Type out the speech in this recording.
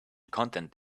content